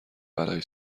بلایی